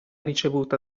ricevuta